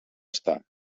estar